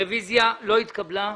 הצבעה בעד 5 נגד 8 הרביזיה לא נתקבלה.